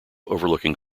overlooking